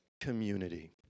community